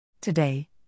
Today